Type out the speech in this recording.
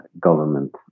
government